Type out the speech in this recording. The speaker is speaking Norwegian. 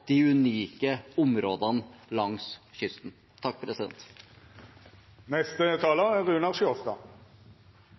de unike områdene langs kysten.